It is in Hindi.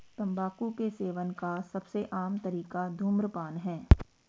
तम्बाकू के सेवन का सबसे आम तरीका धूम्रपान है